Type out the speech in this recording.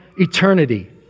eternity